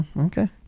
Okay